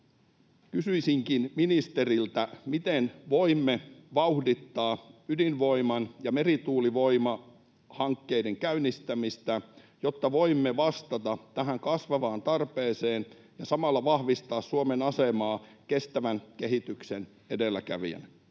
Kysyisinkin ministeriltä: miten voimme vauhdittaa ydinvoiman ja merituulivoimahankkeiden käynnistämistä, jotta voimme vastata tähän kasvavaan tarpeeseen ja samalla vahvistaa Suomen asemaa kestävän kehityksen edelläkävijänä?